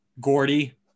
Gordy